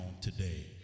today